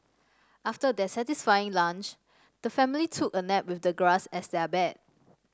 after their satisfying lunch the family took a nap with the grass as their bed